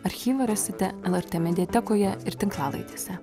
archyvą rasite lrt mediatekoje ir tinklalaidėse